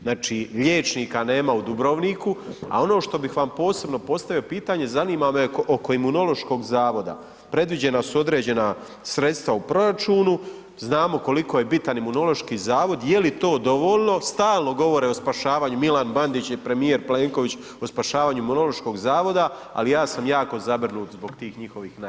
Znači, liječnika nema u Dubrovniku, a ono što bih vam posebno postavio pitanje zanima me oko Imunološkog zavoda predviđena su određena sredstva u proračunu, znamo koliko je bitan Imunološki zavod, je li to dovoljno, stalno govore o spašavanju Milan Bandić i premijer Plenković o spašavanju Imunološkog zavoda, ali ja sam jako zabrinut zbog tih njihovih najava.